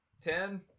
Ten